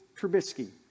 Trubisky